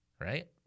Right